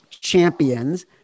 Champions